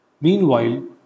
Meanwhile